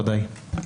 בוודאי.